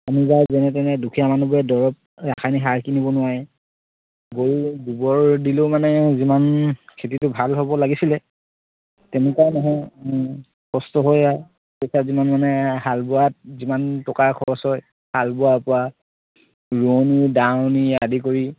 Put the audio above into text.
আমি বাৰু যেনে তেনে দুখীয়া মানুহবোৰে দৰৱ ৰাসায়নিক সাৰ কিনিব নোৱাৰে গৰু গোবৰ দিলেও মানে যিমান খেতিটো ভাল হ'ব লাগিছিলে তেনেকুৱা নহয় কষ্ট হয় আৰু পইচা যিমান মানে হালবোৱাত যিমান টকাৰ খৰচ হয় হালবোৱাৰপৰা ৰোৱনি দাৱনি আদি কৰি